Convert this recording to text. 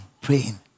praying